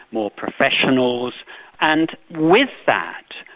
more professionals and with that,